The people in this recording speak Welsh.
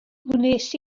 wnes